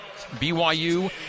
BYU